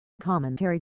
Commentary